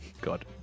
God